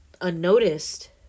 unnoticed